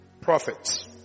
prophets